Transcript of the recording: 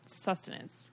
sustenance